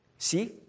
See